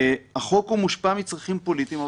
החוק מושפע מצרכים פוליטיים,